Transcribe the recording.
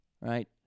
Right